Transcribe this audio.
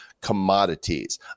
commodities